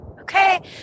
Okay